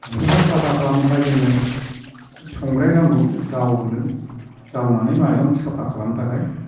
दा बेफोरखौ साफा खालानो थाखाय जोंनो संग्राय नांगौ जावनो जावनानै माइरं साफा खालामनो थाखाय